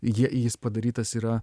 jie jis padarytas yra